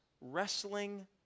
wrestling